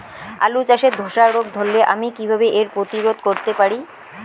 আলু চাষে ধসা রোগ ধরলে আমি কীভাবে এর প্রতিরোধ করতে পারি?